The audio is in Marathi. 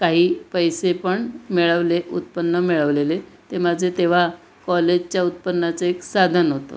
काही पैसे पण मिळवले उत्पन्न मिळवलेले ते माझे तेव्हा कॉलेजच्या उत्पन्नाचं एक साधन होतं